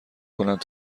کنند